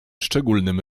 szczególnym